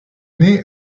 née